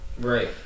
right